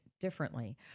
differently